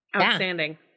Outstanding